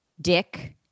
dick